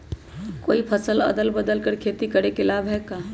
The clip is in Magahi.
कोई फसल अदल बदल कर के खेती करे से लाभ है का?